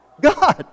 God